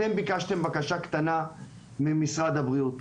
אתם בקשתם בקשה קטנה ממשרד הבריאות,